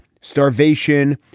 starvation